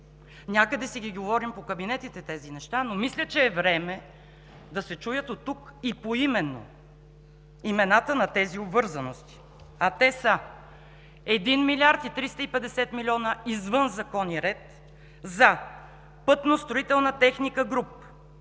Някъде си говорим по кабинетите тези неща, но мисля, че е време да се чуят от тук и поименно имената на тези обвързаности, а те са: 1 млрд. 350 милиона извън закон и ред за: „Пътностроителна техника Груп“,